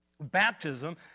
Baptism